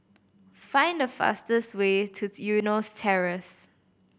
find the fastest way to Eunos Terrace